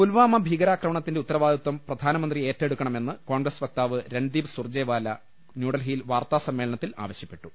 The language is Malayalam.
പുൽവാമ ഭീകരാക്രമണത്തിന്റെ ഉത്തരവാദിത്വം പ്രധാനമന്ത്രി ഏറ്റെടുക്കണമെന്ന് കോൺഗ്രസ് വക്താവ് രൺദീപ് സുർജ്ജെ വാല ന്യൂഡൽഹിയിൽ വാർത്താസമ്മേളനത്തിൽ ആവശ്യപ്പെട്ടു